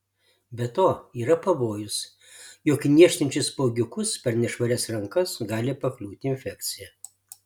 be to yra pavojus jog į niežtinčius spuogiukus per nešvarias rankas gali pakliūti infekcija